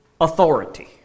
authority